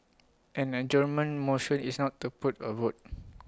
an adjournment motion is not to put A vote